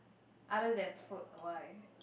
other than food why